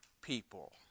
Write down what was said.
people